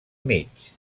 mig